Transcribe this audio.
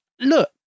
Look